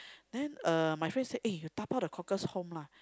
then uh my friend say eh you dabao the cockles home lah